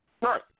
right